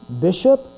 bishop